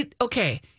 Okay